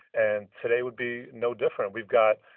and today would be no different. we've got